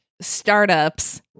startups